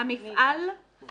הבעלים הוא